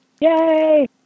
Yay